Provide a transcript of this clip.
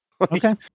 Okay